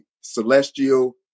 celestial